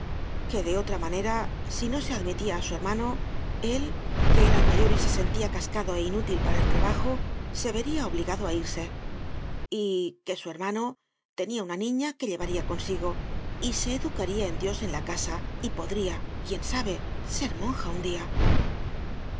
que de otra manera si no se admitia á su hermano él que era el mayor y se sentia cascado é inútil para el trabajo se vería obligado á irse y que su hermano tenia una niña que llevaría consigo y se educaría en dios en la casa y podria quién sabe ser monja un dia